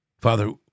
Father